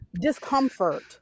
discomfort